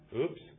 oops